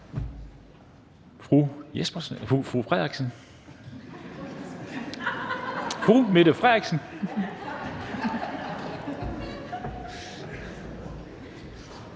kort bemærkning. Fru Mette Frederiksen.